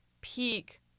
peak